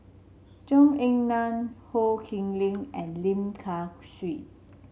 Zhou Ying Nan Ho Khee Lick and Lim Kay Siu